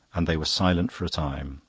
and they were silent for a time.